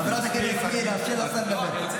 חברת הכנסת יסמין, תאפשרי לשר לדבר.